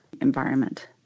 environment